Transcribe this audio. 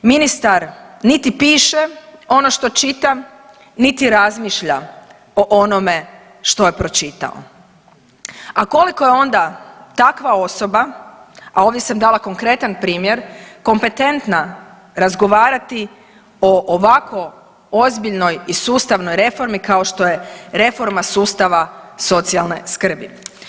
Ministar niti piše ono što čita, niti razmišlja o onome što je pročitao, a koliko je onda takva osoba, a ovdje sam dala konkretan primjer, kompetentna razgovarati o ovako ozbiljnoj i sustavnoj reformi kao što je reforma sustava socijalne skrbi.